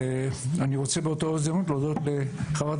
אני רוצה באותה ההזדמנות להודות לחברת